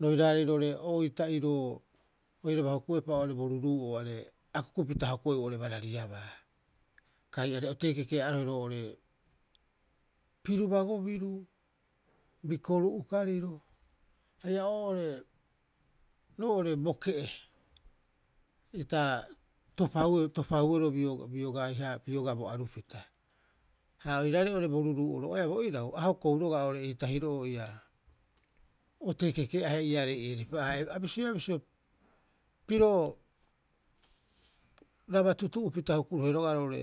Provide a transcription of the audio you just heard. roiraarei roo'ore o oita'iroo oiraba hukuepa oo'ore bo ruruu'o are akukupita hokoeu oo'ore barariabaa kai are otei kekea'arohe roo'ore pirubago biru, bikoru'u kariro haia roo'ore bo ke'e ita topaueroo biogaiha biogaa bo arupita. Ha oiraarei oo'ore bo ruruu'oro'oea bo irau, a hokou roga'a oo'ore eitahiro'oo ia otei kekeahe iaarei eeripa'aha. A bisioea bisio, piroraba tutu'upitaraba hukurohe roga'a roo'ore.